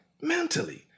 mentally